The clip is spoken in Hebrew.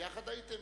יחד הייתם?